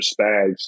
Spags